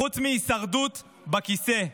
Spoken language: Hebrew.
חוץ מהישרדות בכיסא.